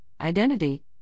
identity